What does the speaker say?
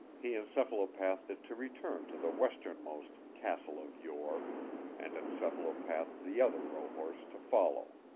he encephalopathed it to return to the westernmost castle of yore and encephalopathed the other rohorse to follow.